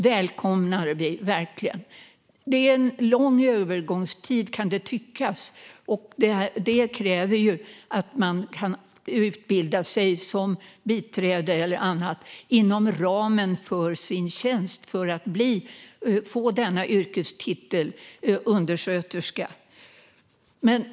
Det är, kan tyckas, en lång övergångstid, och det kräver att man kan utbilda sig till biträde eller annat inom ramen för sin tjänst för att få yrkestiteln undersköterska.